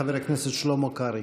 חבר הכנסת שלמה קרעי.